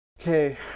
Okay